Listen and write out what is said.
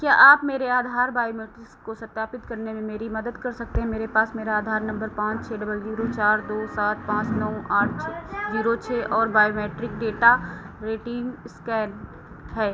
क्या आप मेरे आधार बायोमेट्रिस को सत्यापित करने में मेरी मदद कर सकते हैं मेरे पास मेरा आधार नंबर पान छः डबल जीरो चार दो सात पाँच नौ आठ छः जीरो छः और बायोमेट्रिक डेटा रेटीन इस्कैन है